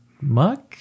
Muck